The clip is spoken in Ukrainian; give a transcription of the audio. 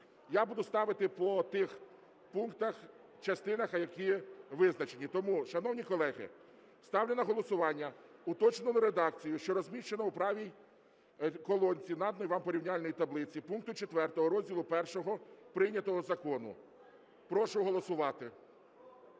Я буду ставити по тих пунктах, частинах, які визначені. Тому, шановні колеги, ставлю на голосування уточнену редакцію, що розміщена у правій колонці наданої вам порівняльної таблиці, пункту 4 розділу І прийнятого закону. Прошу голосувати.